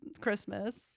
Christmas